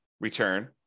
return